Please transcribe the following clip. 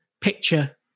picture